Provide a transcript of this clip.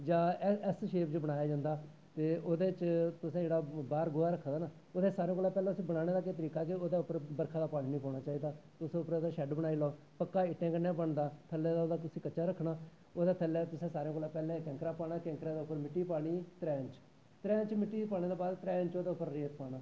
जां ऐस शेप च बनाया जंदा ते ओह्दे बिच्च जेह्ड़ा तुसैं बाह्र गोहा रक्खे दा ना ओह्दा सारें कोला पैह्लें ओह्दा बनाने दा केह् तरीका ऐ ओह्दे उप्पर बरखा दा पानी नी पेदा होना तुस उप्परा दा शैड्ड बनाई लैऔ ओह्का इट्टैं कन्नै बनदा थल्लै उसी किश कच्चा रक्खना ओह्दै थल्लै सारें कतोला दा पैह्लै तुसैं कैंकरा पाना कैंकरै दै उप्पर मिट्टी पानी त्रै इंच भै इंच मिट्टी पाने दै बाग त्रै इंच रेत पाना